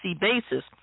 basis